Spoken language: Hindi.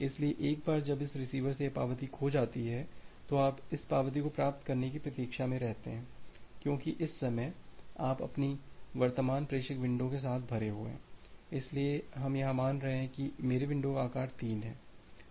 इसलिए एक बार जब इस रिसीवर से यह पावती खो जाती है तो आप इस पावती को प्राप्त करने की प्रतीक्षा में रहते हैं क्योंकि इस समय आप अपनी वर्तमान प्रेषक विंडो के साथ भरे हुए हैं इसलिए हम यहाँ मान रहे हैं कि मेरे विंडो का आकार 3 है